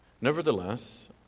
Nevertheless